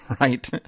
right